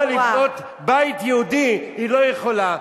למה לבנות בית יהודי היא לא יכולה?